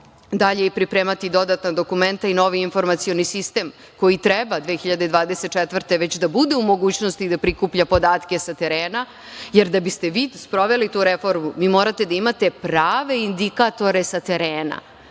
dalje i pripremati dodatna dokumenta i novi informacioni sistem koji treba 2024. godine već da bude u mogućnosti da prikuplja podatke sa terena. Jer, da biste vi sproveli tu reformu, morate da imate prave indikatore sa terena,